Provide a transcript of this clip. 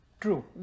True